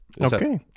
okay